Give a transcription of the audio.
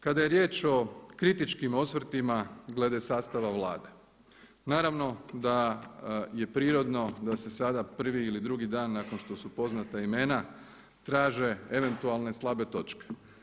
Kada je riječ o kritičkim osvrtima glede sastava Vlade, naravno da je prirodno da se sada prvi ili drugi dan nakon što su poznata imena traže eventualne slabe točke.